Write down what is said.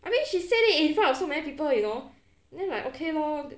I mean she said it in front of so many people you know then like okay lor